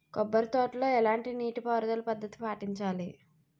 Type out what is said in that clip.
కొబ్బరి తోటలో ఎలాంటి నీటి పారుదల పద్ధతిని పాటించాలి?